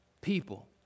people